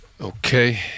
Okay